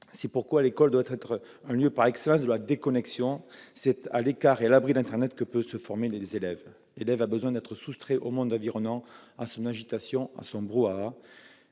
l'enseignement. L'école doit être par excellence le lieu de la déconnexion. C'est à l'écart et à l'abri d'internet que peuvent se former les élèves. Ils ont besoin d'être soustraits au monde environnant, à son agitation, à son brouhaha.